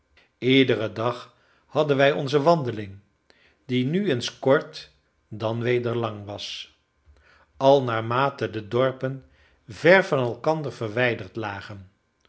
iederen dag hadden wij onze wandeling die nu eens kort dan weder lang was al naarmate de dorpen ver van elkander verwijderd lagen